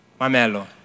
Mamelo